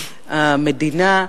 המדינה,